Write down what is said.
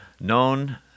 known